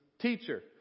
Teacher